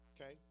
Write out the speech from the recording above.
okay